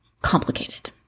complicated